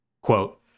Quote